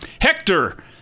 Hector